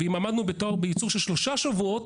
ואם עמדנו בייצור של שלושה שבועות,